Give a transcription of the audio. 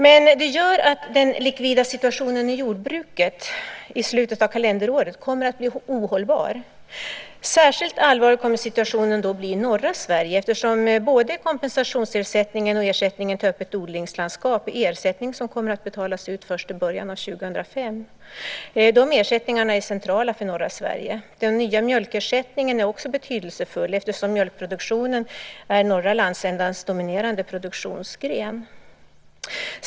Men det gör att den likvida situationen i jordbruket i slutet av kalenderåret kommer att bli ohållbar. Särskilt allvarlig kommer situationen att bli i norra Sverige eftersom både kompensationsersättningen och ersättningen till ett öppet odlingslandskap är ersättning som kommer att betalas ut först i början av 2005. Dessa ersättningar är centrala för norra Sverige. Den nya mjölkersättningen är också betydelsefull eftersom mjölkproduktionen är den norra landsändans dominerande produktionsgren.